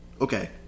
Okay